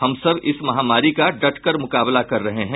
हम सब इस महामारी का डटकर मुकाबला कर रहे हैं